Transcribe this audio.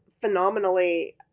phenomenally